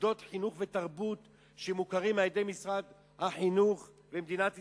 מוסדות חינוך ותרבות שמוכרים על-ידי משרד החינוך ומדינת ישראל.